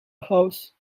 house